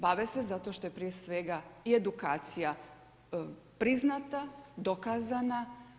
Bave se zato što je prije svega i edukacija priznata, dokazana.